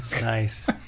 Nice